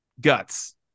Guts